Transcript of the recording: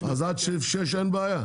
אז עד סעיף 6 אין בעיה?